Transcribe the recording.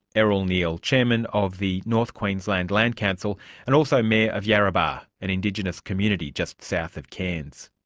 errol neal, chairman of the north queensland land council and also mayor of yarrabah, an indigenous community just south of cairns.